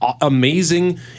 amazing